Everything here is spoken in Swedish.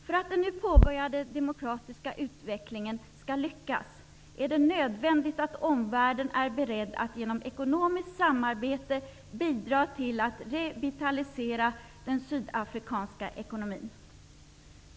För att den nu påbörjade demokratiska utvecklingen skall lyckas är det nödvändigt att omvärlden är beredd att genom ekonomiskt samarbete bidra till att revitalisera den sydafrikanska ekonomin.